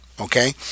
okay